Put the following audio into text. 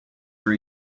were